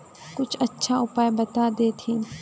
कुछ अच्छा उपाय बता देतहिन?